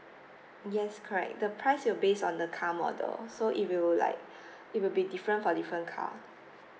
yes correct the price will base on the car model so it will like it will be different for different car